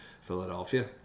philadelphia